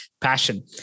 passion